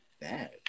bad